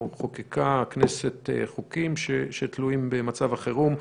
הכנסת חוקקה חוקים שתלויים במצב החירום.